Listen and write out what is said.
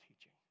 teaching